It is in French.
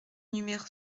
numéro